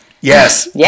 Yes